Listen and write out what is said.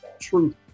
truth